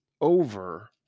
over